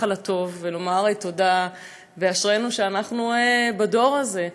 על הטוב ולומר תודה ואשרינו שאנחנו בדור הזה.